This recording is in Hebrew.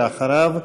אחריו,